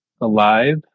alive